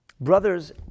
brothers